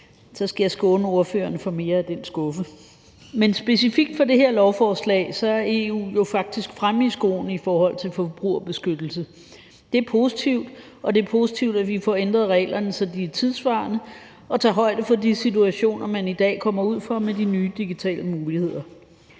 skal jeg skåne ordføreren for mere af den skuffe. Men specifikt i forhold til det her lovforslag er EU jo faktisk fremme i skoene med hensyn til forbrugerbeskyttelse. Det er positivt, og det er positivt, at vi får ændret reglerne, så de er tidssvarende og tager højde for de situationer, man i dag kommer ud for med de nye digitale muligheder.